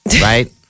right